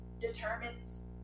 determines